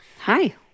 Hi